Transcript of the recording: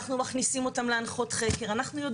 אנחנו מכניסים אותם להנחות חקר,